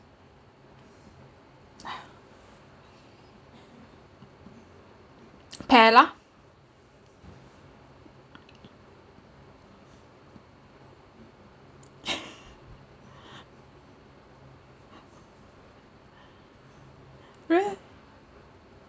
kay lah real